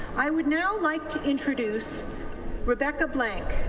i would now like to introduce rebecca blank,